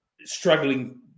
struggling